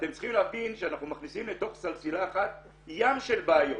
אתם צריכים להבין שאנחנו מכניסים לתוך סלסלה אחת ים של בעיות